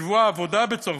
שבוע עבודה בצרפת,